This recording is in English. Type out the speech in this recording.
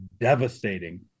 devastating